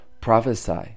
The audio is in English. prophesy